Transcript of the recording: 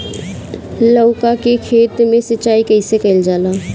लउका के खेत मे सिचाई कईसे कइल जाला?